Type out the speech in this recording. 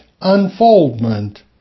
unfoldment